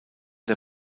der